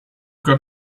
got